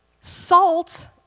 Salt